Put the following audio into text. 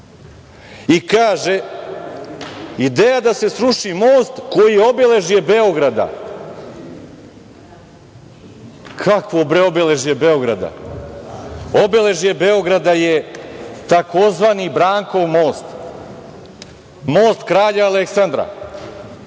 i kaže – ideja da se sruši most koji je obeležje Beograda. Kakvo, bre, obeležje Beograda? Obeležje Beograda je tzv. Brankov most. Most kralja Aleksandra,